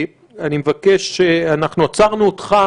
עצרנו אותך